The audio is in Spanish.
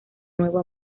nuevo